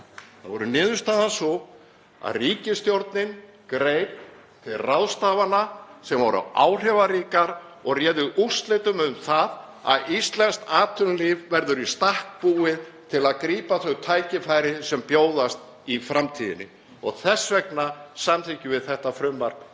verði niðurstaðan sú að ríkisstjórnin greip til ráðstafana sem voru áhrifaríkar og réðu úrslitum um það að íslenskt atvinnulíf verður í stakk búið til að grípa þau tækifæri sem bjóðast í framtíðinni. Þess vegna samþykkjum við þetta frumvarp